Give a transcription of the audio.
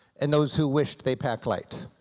and those who wish they pack light.